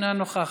אינה נוכחת,